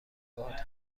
باهات